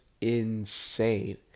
insane